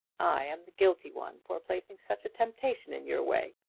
i am the guilty one for placing such a temptation in your way.